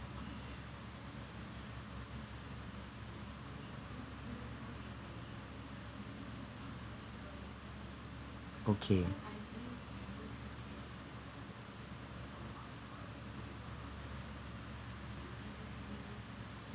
okay